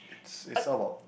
it's all about